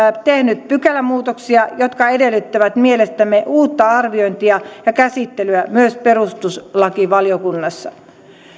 tehnyt pykälämuutoksia jotka edellyttävät mielestämme uutta arviointia ja käsittelyä myös perustuslakivaliokunnassa